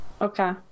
Okay